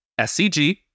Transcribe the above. SCG